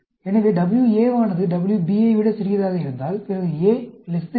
எனவே WA வானது WB ஐ விட சிறியதாக இருந்தால் பிறகு A B